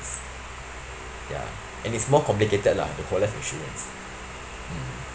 ya and it's more complicated lah the whole life insurance mm